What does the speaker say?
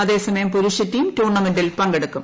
അതേസമയം പുരുഷ ടീം ടൂർണമെന്റിൽ പങ്കെടുക്കും